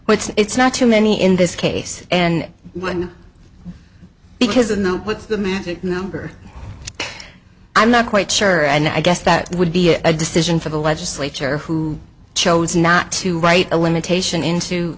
well it's not too many in this case and one because in the magic number i'm not quite sure and i guess that would be a decision for the legislature who chose not to write a limitation into